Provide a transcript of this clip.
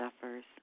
suffers